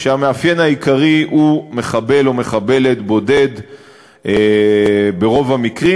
והמאפיין העיקרי הוא מחבל או מחבלת בודדים ברוב המקרים,